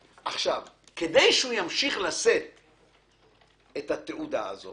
כדי שהוא ימשיך לשאת בתעודה הזאת